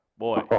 Boy